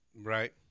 Right